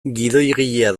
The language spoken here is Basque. gidoigilea